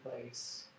place